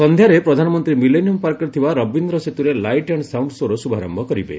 ସନ୍ଧ୍ୟାରେ ପ୍ରଧାନମନ୍ତ୍ରୀ ମିଲେନିୟମ ପାର୍କରେ ଥିବା ରବୀନ୍ଦ୍ର ସେତୁରେ ଲାଇଟ୍ ଆଣ୍ଡ ସାଉଣ୍ଡ ସୋ ର ଶୁଭାରମ୍ଭ କରିବେ